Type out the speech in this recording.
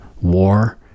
war